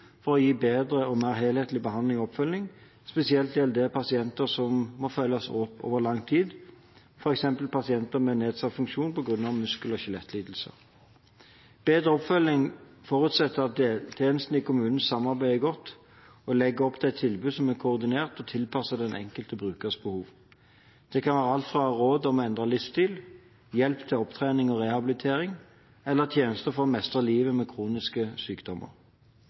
for å gi bedre og mer helhetlig behandling og oppfølging, spesielt gjelder det pasienter som må følges opp over lang tid, f.eks. pasienter med nedsatt funksjon på grunn av muskel- og skjelettlidelser. Bedre oppfølging forutsetter at deltjenestene i kommunene samarbeider godt og legger opp et tilbud som er koordinert og tilpasset den enkelte brukers behov. Det kan være alt fra råd om å endre livsstil, hjelp til opptrening og rehabilitering eller tjenester for å mestre livet med kroniske sykdommer.